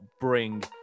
bring